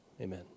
Amen